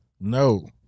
No